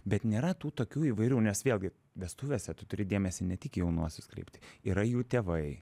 bet nėra tų tokių įvairių nes vėlgi vestuvėse tu turi dėmesį ne tik į jaunuosius kreipt yra jų tėvai